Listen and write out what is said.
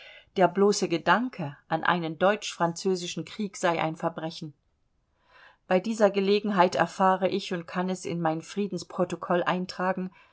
der bloße gedanke an einen deutsch-französischen krieg sei ein verbrechen bei dieser gelegenheit erfahre ich und kann es in mein friedensprotokoll eintragen